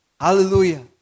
Hallelujah